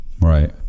Right